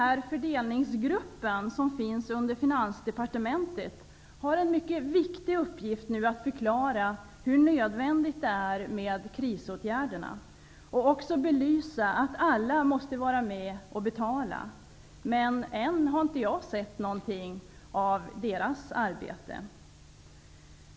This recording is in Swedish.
Den fördelningsgrupp som finns på finansdepartementet har nu en mycket viktigt uppgift när det gäller att förklara hur nödvändiga krisåtgärderna är och att belysa att alla måste vara med och betala. Ännu har jag inte sett något av dess arbete.